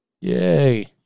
Yay